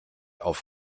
auf